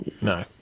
No